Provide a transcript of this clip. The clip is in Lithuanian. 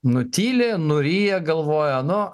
nutyli nuryja galvojanu